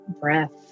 breath